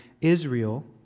Israel